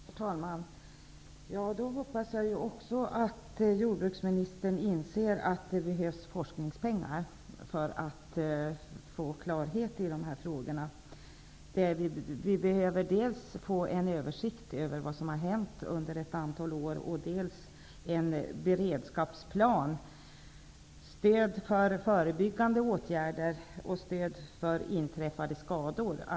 Herr talman! Då hoppas jag också att jordbruksministern inser att det behövs forskningspengar för att få klarhet i dessa frågor. Dels behövs en översikt över vad som har hänt under ett antal år, dels en beredskapsplan med stöd för förebyggande åtgärder och stöd för inträffade skador.